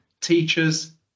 teachers